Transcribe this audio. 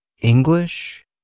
English